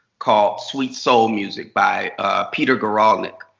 called sweet soul music, by peter garalnik.